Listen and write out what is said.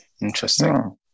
Interesting